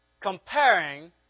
comparing